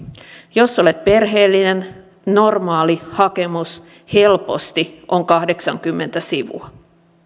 jos olet perheellinen normaali hakemus helposti on kahdeksankymmentä sivua